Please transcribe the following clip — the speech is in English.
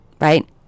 right